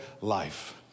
life